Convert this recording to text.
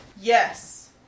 Yes